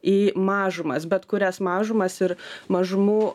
į mažumas bet kurias mažumas ir mažumų